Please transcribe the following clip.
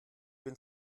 bin